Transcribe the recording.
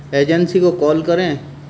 agency کو call کریں